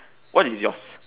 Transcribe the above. what is yours